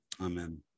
Amen